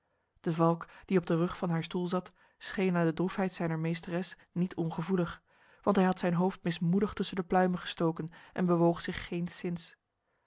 de valk die op de rug van haar stoel zat scheen aan de droefheid zijner meesteres niet ongevoelig want hij had zijn hoofd mismoedig tussen de pluimen gestoken en bewoog zich